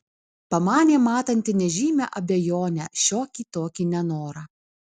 pamanė matanti nežymią abejonę šiokį tokį nenorą